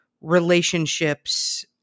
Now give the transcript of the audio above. relationships